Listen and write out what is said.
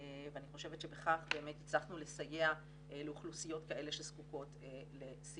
ואני חושבת שבכך באמת הצלחנו לסייע לאוכלוסיות כאלה שזקוקות לסיוע.